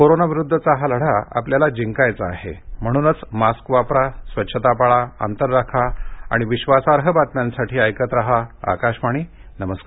कोरोनाविरुद्धचा हा लढा आपल्याला जिंकायचा आहे म्हणूनच मास्क वापरा स्वच्छता पाळा अंतर राखा आणि विश्वासार्ह बातम्यांसाठी ऐकत रहा आकाशवाणी नमस्कार